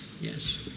yes